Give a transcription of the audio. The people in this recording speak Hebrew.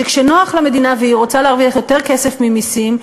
שכשנוח למדינה והיא רוצה להרוויח יותר כסף ממסים,